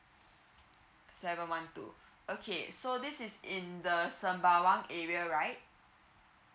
seven one two okay so this is in the sembawang area right